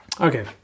Okay